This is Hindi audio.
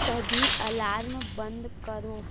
सभी अलार्म बंद करो